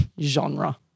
genre